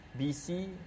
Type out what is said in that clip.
BC